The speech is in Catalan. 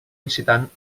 visitant